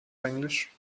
englisch